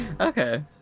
Okay